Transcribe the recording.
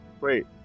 Wait